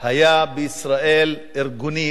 היו בישראל ארגונים.